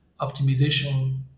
optimization